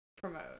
promote